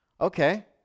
Okay